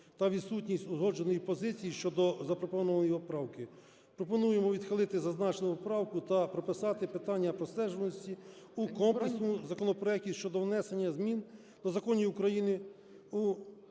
та відсутність узгодженої позиції щодо запропонованої його правки, пропонуємо відхилити зазначену поправку та прописати питання простежуваності у комплексному законопроекті щодо внесення змін до законів України у